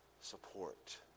support